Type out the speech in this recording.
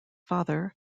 father